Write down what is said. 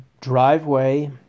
driveway